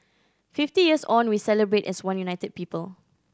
fifty years on we celebrate as one united people